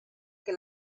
que